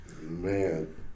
Man